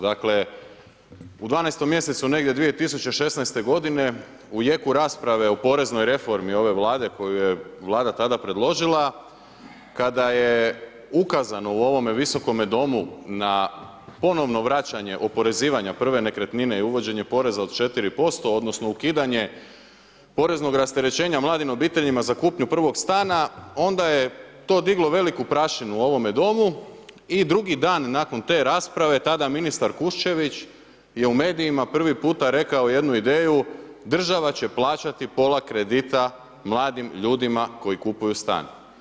Dakle, u 12. mjesecu negdje 2016. g. u jeku rasprave o poreznoj reformi ove Vlade koju je Vlada tada predložila, kada je ukazano u ovome Visokome domu na ponovno vraćanje oporezivanja prve nekretnine i uvođenje poreza od 4% odnosno ukidanje poreznog rasterećenja mladim obiteljima za kupnju prvog stana, onda je to diglo veliku prašinu o ovome domu i drugi dan nakon te rasprave tada ministar Kuščević je u medijima prvi puta rekao jednu ideju, država će plaćati pola kredita mladim ljudima koji kupuju stan.